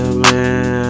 man